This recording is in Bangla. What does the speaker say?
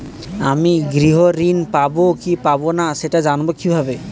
আমি গৃহ ঋণ পাবো কি পাবো না সেটা জানবো কিভাবে?